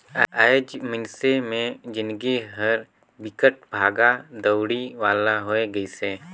आएज मइनसे मे जिनगी हर बिकट भागा दउड़ी वाला होये गइसे